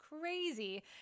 crazy